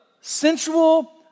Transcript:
sensual